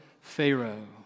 Pharaoh